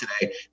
today